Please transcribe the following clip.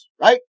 right